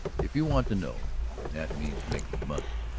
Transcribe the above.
if you want to know. and that means making money.